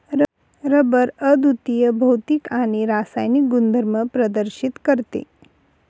rubber अद्वितीय भौतिक आणि रासायनिक गुणधर्म प्रदर्शित करते